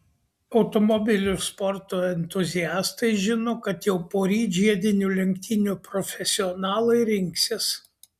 automobilių sporto entuziastai žino kad jau poryt žiedinių lenktynių profesionalai rinksis